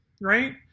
right